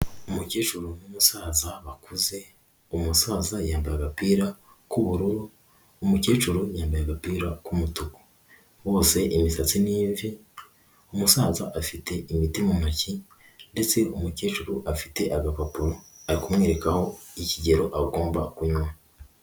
Umukecuru n'umusaza bakuze, umusaza yambaye agapira k'ubururu, umukecuru yambaye agapira k'umutuku, bose imisatsi ni imvi, umusaza afite imiti mu ntoki ndetse umukecuru afite agapapuro ari kumwerekaho ikigero agomba kunywa.